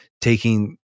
taking